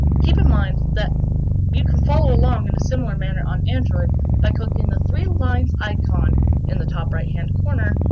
keep in mind that you can follow along in a similar manner on android by clicking the three lines icon in the top right-hand corner,